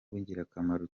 w’ingirakamaro